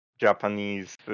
Japanese